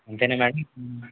అంతేనా మేడం